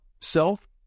self